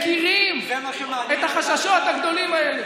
כמה אנחנו מכירים את החששות הגדולים האלה.